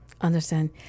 Understand